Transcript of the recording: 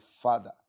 father